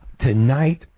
Tonight